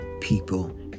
people